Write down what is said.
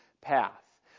path